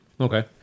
Okay